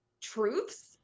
truths